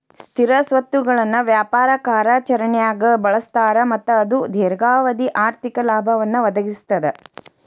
ಸ್ಥಿರ ಸ್ವತ್ತುಗಳನ್ನ ವ್ಯಾಪಾರ ಕಾರ್ಯಾಚರಣ್ಯಾಗ್ ಬಳಸ್ತಾರ ಮತ್ತ ಅದು ದೇರ್ಘಾವಧಿ ಆರ್ಥಿಕ ಲಾಭವನ್ನ ಒದಗಿಸ್ತದ